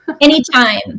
Anytime